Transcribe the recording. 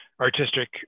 artistic